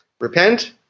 Repent